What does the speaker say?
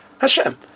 Hashem